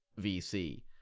VC